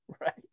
right